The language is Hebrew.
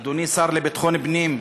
ואדוני השר לביטחון פנים,